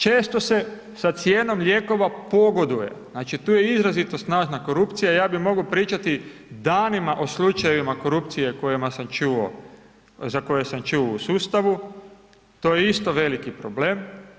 Često se sa cijenom lijekova pogoduje, znači, tu je izrazito snažna korupcija, ja bih mogao pričati danima o slučajevima korupcije kojima sam čuo, za koje sam čuo u sustavu, to je isto veliki problem.